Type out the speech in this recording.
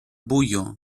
buio